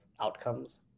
outcomes